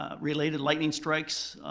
ah related lightning strikes,